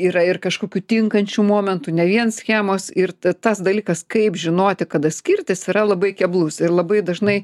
yra ir kažkokių tinkančių momentų ne vien schemos ir tas dalykas kaip žinoti kada skirtis yra labai keblus ir labai dažnai